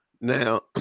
Now